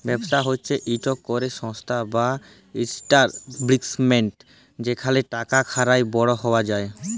ব্যবসা হছে ইকট ক্যরে সংস্থা বা ইস্টাব্লিশমেল্ট যেখালে টাকা খাটায় বড় হউয়া যায়